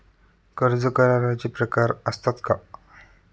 कर्ज कराराचे प्रकार असतात का?